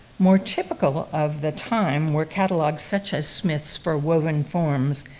more typical of the time were catalogues such as smith's for woven forms,